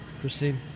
Christine